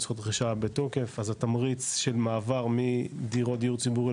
בתוקף אז התמריץ של מעבר מדירות דיור ציבורי,